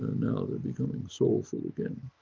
and now they're becoming soulful again.